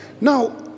Now